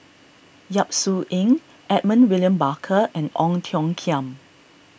Yap Su Yin Edmund William Barker and Ong Tiong Khiam